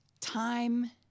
time